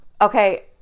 Okay